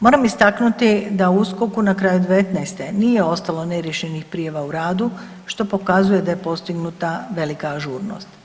Moram istaknuti da u USKOK-u na kraju '19. nije ostalo neriješenih prijava u radu, što pokazuje da je postignuta velika ažurnost.